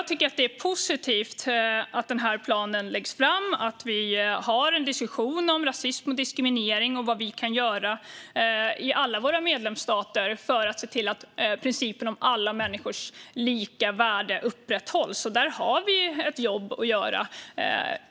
Det är positivt att denna plan läggs fram och att det förs en diskussion om rasism och diskriminering och om vad som kan göras i alla medlemsstater för att principen om alla människors lika värde ska upprätthållas. Här finns ett jobb att göra.